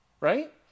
right